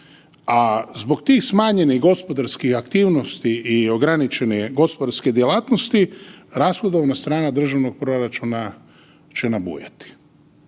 a zbog tih smanjenih gospodarskih aktivnosti i ograničene gospodarske djelatnosti rashodovna strana državnog proračuna će nabujati.